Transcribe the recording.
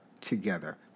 together